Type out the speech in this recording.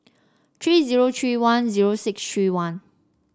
three zero three one zero six three one